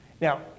Now